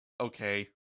okay